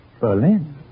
Berlin